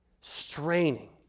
Straining